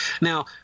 Now